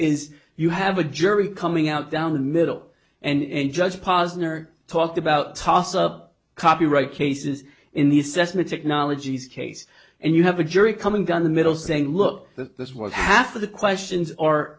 is you have a jury coming out down the middle and judge posner talked about toss up copyright cases in the cessna technologies case and you have a jury coming down the middle saying look that this was half of the questions are